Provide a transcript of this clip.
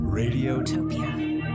radiotopia